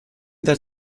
their